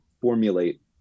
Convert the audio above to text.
formulate